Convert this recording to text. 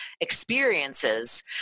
experiences